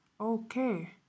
Okay